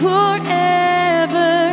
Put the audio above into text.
Forever